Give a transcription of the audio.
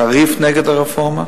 חריף, נגד הרפורמה.